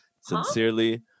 Sincerely